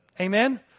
Amen